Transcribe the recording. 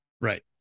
Right